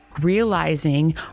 Realizing